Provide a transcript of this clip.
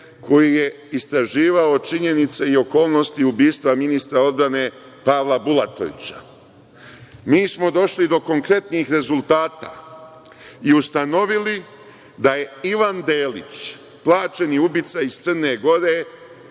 koji je istraživao činjenice i okolnosti ubistva ministra odbrane Pavla Bulatovića. Mi smo došli do konkretnih rezultata i ustanovili da je Ivan Belić plaćeni ubica iz Crne Gore